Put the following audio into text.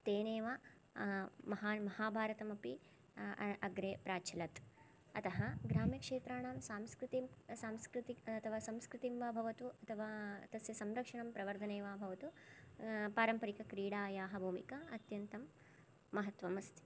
तेनैव महाभारतमपि अग्रे प्राचलत् अतः ग्राम्यक्षेत्राणां सांस्कृतिक् अथवा संस्कृतिं वा भवतु अतवा तस्य संरक्षणं प्रवर्धने वा भवतु पारम्परिकक्रीडायाः भूमिका अत्यन्तं महत्वम् अस्ति